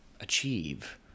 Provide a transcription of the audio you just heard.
achieve